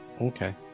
Okay